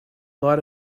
lot